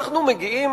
אנחנו מגיעים,